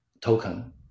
token